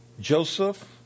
Joseph